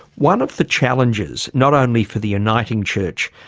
one of the challenges, not only for the uniting church,